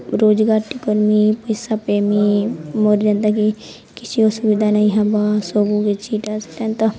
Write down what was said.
ରୋଜଗାର୍ଟେ କର୍ମି ପଏସା ପାଏମି ମୋର୍ ଯେନ୍ତାକି କିଛି ଅସୁବିଧା ନାଇଁ ହେବା ସବୁ କିଛି ଇଟା ସେଟା